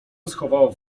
schowało